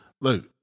Look